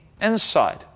inside